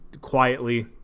quietly